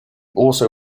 also